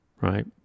right